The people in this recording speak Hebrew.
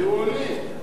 אז תביאו עולים.